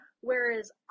Whereas